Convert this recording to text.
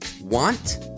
want